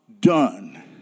done